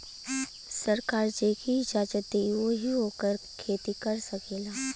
सरकार जेके इजाजत देई वही ओकर खेती कर सकेला